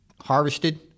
Harvested